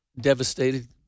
devastated